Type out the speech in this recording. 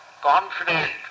confident